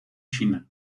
china